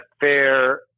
fair